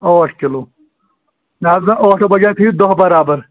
ٲٹھ کِلوٗ نہ حظ نہ ٲٹھو بَجاے تھٲیِو دَہ بَرابر